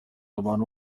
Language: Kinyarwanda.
abantu